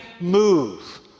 move